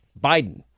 Biden